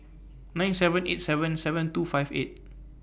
nine seven eight seven seven two five eight